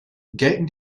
gelten